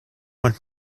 want